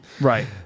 Right